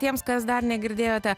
tiems kas dar negirdėjote